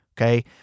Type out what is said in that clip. okay